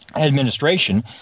administration